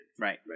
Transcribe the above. Right